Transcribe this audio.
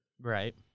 Right